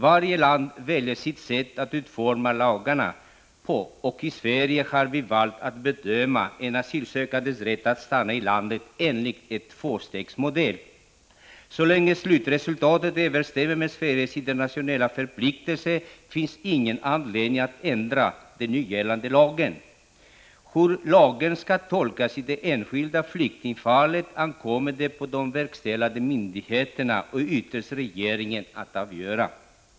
Varje land väljer sitt sätt att utforma lagarna, och i Sverige har vi valt att bedöma en asylsökandes rätt att stanna i landet enligt en tvåstegsmodell. Så länge slutresultatet överensstämmer med Sveriges internationella förpliktelser finns ingen anledning att ändra den nu gällande lagen. Hur lagen skall tolkas i det enskilda flyktingfallet ankommer det på de verkställande myndigheterna och ytterst regeringen att avgöra.